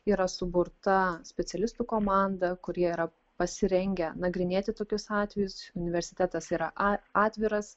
yra suburta specialistų komanda kurie yra pasirengę nagrinėti tokius atvejus universitetas yra a atviras